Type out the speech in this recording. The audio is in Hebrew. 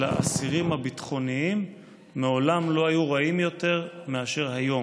של האסירים הביטחוניים מעולם לא היו רעים יותר מאשר היום.